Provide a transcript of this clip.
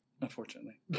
unfortunately